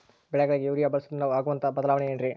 ಬೆಳೆಗಳಿಗೆ ಯೂರಿಯಾ ಬಳಸುವುದರಿಂದ ಆಗುವಂತಹ ಬದಲಾವಣೆ ಏನ್ರಿ?